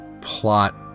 plot